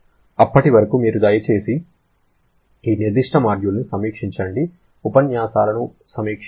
అప్పటి వరకు మీరు దయచేసి ఈ నిర్దిష్ట మాడ్యూల్ను సమీక్షించండి ఉపన్యాసాలను సమీక్షించండి